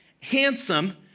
handsome